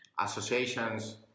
associations